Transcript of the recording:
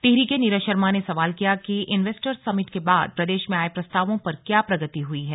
टिहरी के नीरज शर्मा ने सवाल किया कि इन्वेस्टर्स समिट के बाद प्रदेश में आए प्रस्तावों पर क्या प्रगति हुई है